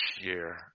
year